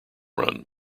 run